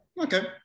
okay